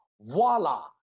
Voila